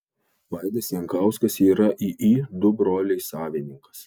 vaidas jankauskas yra iį du broliai savininkas